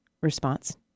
response